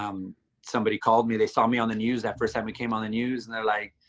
um somebody called me, they saw me on the news that first time we came on the news and they're like,